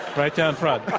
right down front.